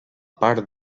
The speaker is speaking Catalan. part